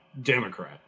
Democrat